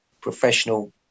professional